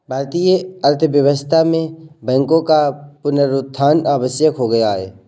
भारतीय अर्थव्यवस्था में बैंकों का पुनरुत्थान आवश्यक हो गया है